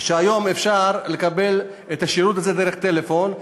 היום אפשר לקבל את השירות הזה דרך הטלפון,